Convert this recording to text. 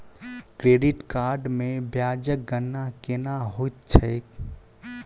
credit card मे ब्याजक गणना केना होइत छैक